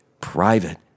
private